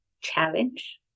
challenge